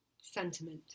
sentiment